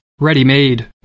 ready-made